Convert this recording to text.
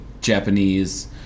Japanese